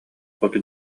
хоту